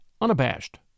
unabashed